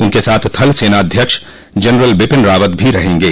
उनके साथ थल सेना अध्यक्ष जनरल बिपिन रावत भी रहेंगे